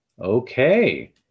Okay